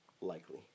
likely